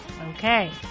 Okay